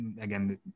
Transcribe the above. again